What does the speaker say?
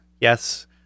Yes